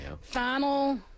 Final